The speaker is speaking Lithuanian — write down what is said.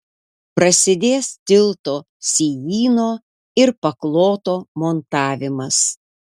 prasidės tilto sijyno ir pakloto montavimas